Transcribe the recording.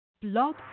Blog